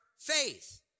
faith